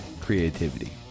creativity